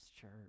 church